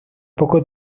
poco